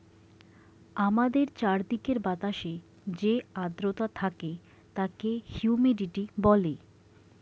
আমাদের চারিদিকের বাতাসে যে আর্দ্রতা থাকে তাকে হিউমিডিটি বলে